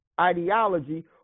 ideology